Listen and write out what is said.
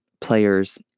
players